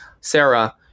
Sarah